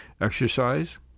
Exercise